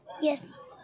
Yes